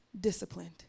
disciplined